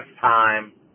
time